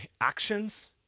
actions